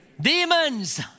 Demons